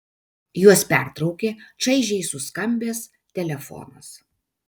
juos pertraukė čaižiai suskambęs telefonas